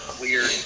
weird